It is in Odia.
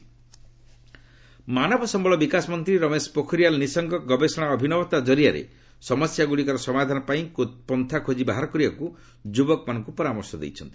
ଗୋଭ୍ଟ୍ ଇନ୍ନୋଭେସନ୍ ମାନବ ସମ୍ଭଳ ବିକାଶ ମନ୍ତ୍ରୀ ରମେଶ ପୋଖରିଆଲ୍ ନିଶଙ୍କ ଗବେଷଣା ଓ ଅଭିନବତା କରିଆରେ ସମସ୍ୟାଗୁଡ଼ିକର ସମାଧାନ ପନ୍ଥା ଖୋଜି ବାହାର କରିବାପାଇଁ ଯୁବକମାନଙ୍କୁ ପରାମର୍ଶ ଦେଇଛନ୍ତି